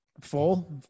Full